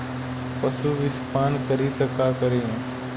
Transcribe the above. पशु विषपान करी त का करी?